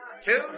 Two